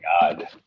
God